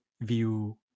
view